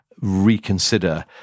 reconsider